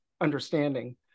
understanding